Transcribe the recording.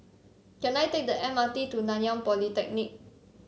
can I take the M R T to Nanyang Polytechnic